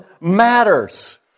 matters